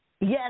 Yes